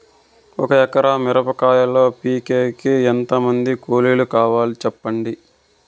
ఒక ఎకరా మిరప కాయలు పీకేకి ఎంత మంది కూలీలు కావాలి? సెప్పండి?